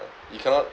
you cannot